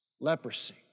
leprosy